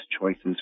choices